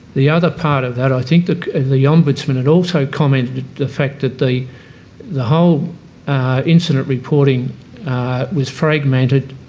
the other part of that, i think the and the ombudsman had also commented on the fact that the the whole incident reporting was fragmented,